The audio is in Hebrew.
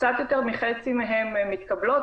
קצת יותר מחצי מהן מתקבלות,